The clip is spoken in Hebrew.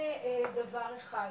זה דבר אחד,